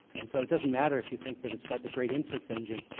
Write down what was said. and so it doesn't matter if you think that it's got the great inference engine.